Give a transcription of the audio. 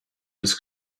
his